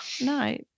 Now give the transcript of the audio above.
no